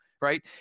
Right